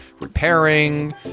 repairing